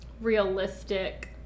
realistic